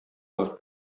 бар